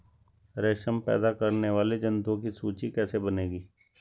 रेशम पैदा करने वाले जंतुओं की सूची कैसे बनेगी?